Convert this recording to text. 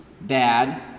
bad